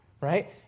right